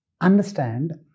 understand